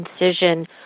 incision